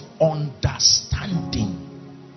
understanding